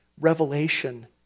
revelation